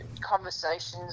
conversations